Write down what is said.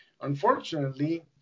Unfortunately